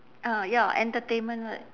ah ya entertainment right